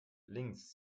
links